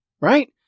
right